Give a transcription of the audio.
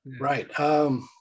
Right